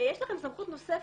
יש לכם סמכות נוספת,